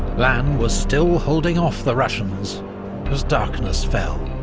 lannes was still holding off the russians as darkness fell.